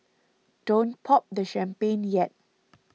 don't pop the champagne yet